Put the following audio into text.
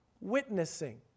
witnessing